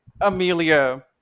Amelia